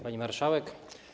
Pani Marszałek!